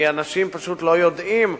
כי אנשים פשוט לא יודעים,